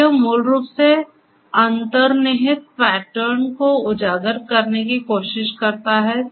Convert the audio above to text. तो यह मूल रूप से अंतर्निहित पैटर्न को उजागर करने की कोशिश करता है